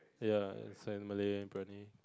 ya it's like Malay Briyani